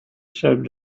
said